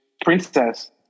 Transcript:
princess